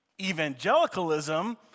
evangelicalism